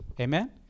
Amen